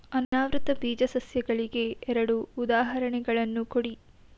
ಅನಾವೃತ ಬೀಜ ಸಸ್ಯಗಳಿಗೆ ಎರಡು ಉದಾಹರಣೆಗಳನ್ನು ಕೊಡಿ